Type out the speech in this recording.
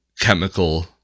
chemical